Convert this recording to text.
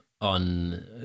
on